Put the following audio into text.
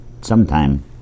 sometime